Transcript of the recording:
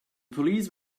police